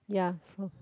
ya from